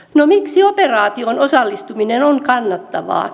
no miksi operaatioon osallistuminen on kannattavaa